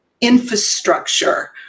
infrastructure